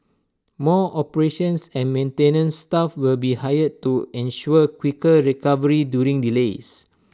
more operations and maintenance staff will be hired to ensure quicker recovery during delays